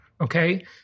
okay